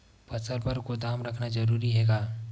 फसल बर गोदाम रखना जरूरी हे का?